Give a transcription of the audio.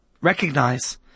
recognize